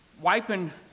Wiping